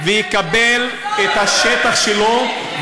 ויקבל את השטח שלו,